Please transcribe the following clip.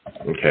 Okay